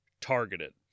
targeted